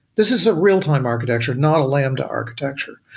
this is real-time architecture, not lambda architecture.